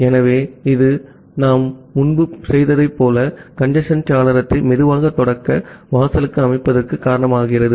ஆகவே இது நாம் முன்பு செய்ததைப் போல கஞ்சேஸ்ன் சாளரத்தை சுலோ ஸ்டார்ட் வாசலுக்கு அமைப்பதற்கு காரணமாகிறது